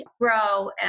grow